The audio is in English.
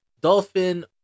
Dolphin